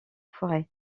forêt